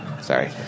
Sorry